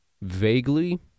vaguely